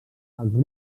als